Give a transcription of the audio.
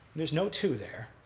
there's no two there.